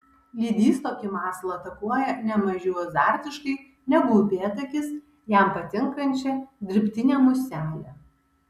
lydys tokį masalą atakuoja ne mažiau azartiškai negu upėtakis jam patinkančią dirbtinę muselę